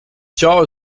jaw